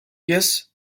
yes